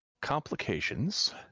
Complications